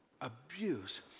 abuse